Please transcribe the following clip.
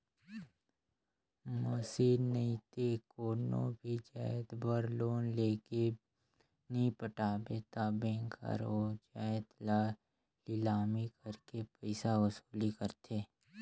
machine नइते कोनो भी जाएत बर लोन लेके नी पटाबे ता बेंक हर ओ जाएत ल लिलामी करके पइसा वसूली करथे